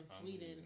Sweden